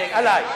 עלי.